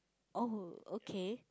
oh okay